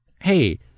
Hey